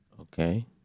Okay